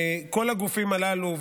כל הגופים הללו,